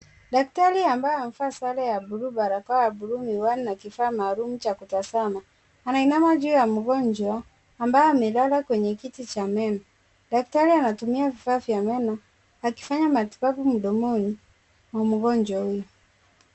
Daktari ambaye amevaa sare ya bluu, barakoa ya bluu, miwani na kifaa maalum cha kutazama anainama juu ya mgonjwa ambaye amelala kwenye kiti cha meno. Daktari anatumia vifaa vya meno akifanya matibabu mdomoni mwa mgonjwa huyu.